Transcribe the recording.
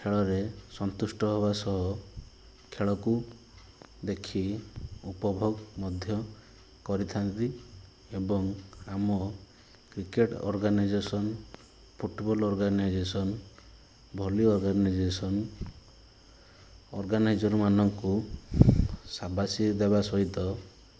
ଖେଳରେ ସନ୍ତୁଷ୍ଟ ହେବା ସହ ଖେଳକୁ ଦେଖି ଉପଭୋଗ ମଧ୍ୟ କରିଥାନ୍ତି ଏବଂ ଆମ cricket organisation football organisation volley organisation ଅର୍ଗାନାଇଜର୍ମାନଙ୍କୁ ସାବାସି ଦେବା ସହିତ